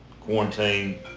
quarantine